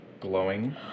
glowing